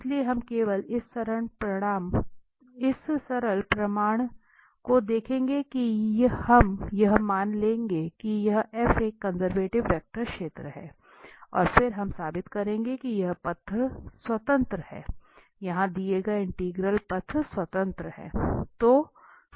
इसलिए हम केवल इस सरल प्रमाण को देखेंगे कि हम यह मान लेंगे कि यह एक कंजर्वेटिव वेक्टर क्षेत्र है और फिर हम साबित करेंगे कि यह पथ स्वतंत्र है यहां दिया गया इंटीग्रल पथ स्वतंत्र है